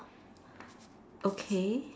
okay